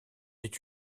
est